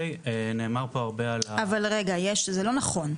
נאמר פה הרבה --- זה לא נכון,